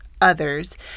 others